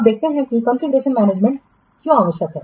अब देखते हैं कि कॉन्फ़िगरेशन मैनेजमेंट क्या आवश्यक है